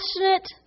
passionate